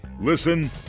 Listen